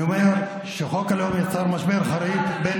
אני אומר שחוק הלאום יצר משבר חריף בין